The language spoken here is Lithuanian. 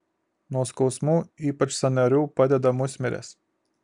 nuo skausmų ypač sąnarių padeda musmirės